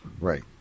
Right